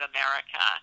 America